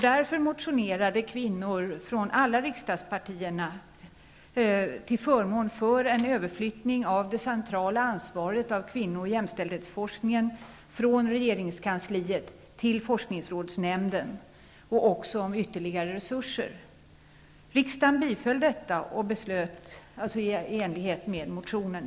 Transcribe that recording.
Därför motionerade kvinnor från alla riksdagspartier till förmån för en överflyttning av det centrala ansvaret för kvinno och jämställdhetsforskningen från regeringskansliet till forskningsrådsnämnden, och man föreslog också ytterligare resurser. Riksdagen biföll detta och beslöt i stort sett i enlighet med motionen.